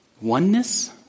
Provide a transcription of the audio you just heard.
Oneness